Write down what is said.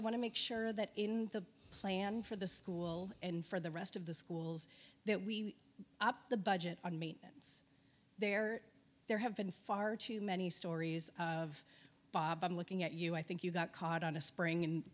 i want to make sure that the plan for the school and for the rest of the schools that we the budget our maintenance there there have been far too many stories of bob i'm looking at you i think you got caught on a spring